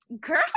girl